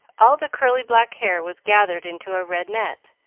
all the curly black hair was gathered into a red net,